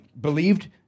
believed